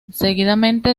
seguidamente